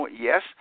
Yes